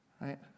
right